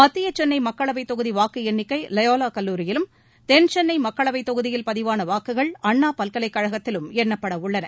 மத்திய சென்னை மக்களவைத் தொகுதி வாக்கு எண்ணிக்கை வயோலா கல்லூரியிலும் தென்சென்னை மக்களவைத் தொகுதியில் பதிவான வாக்குகள் அண்ணா பல்கலைக்கழகத்திலும் எண்ணப்பட உள்ளன